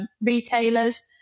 retailers